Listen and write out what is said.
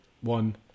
one